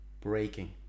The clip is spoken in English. breaking